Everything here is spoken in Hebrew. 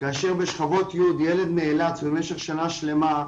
כאשר בשכבות י' ילד נאלץ במשך שנה שלמה,